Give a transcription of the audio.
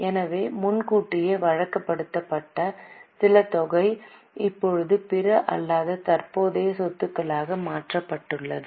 எனவே முன்கூட்டியே வழங்கப்பட்ட சில தொகை இப்போது பிற அல்லாத தற்போதைய சொத்துகளாக மாற்றப்படுகிறது